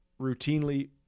routinely